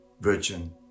virgin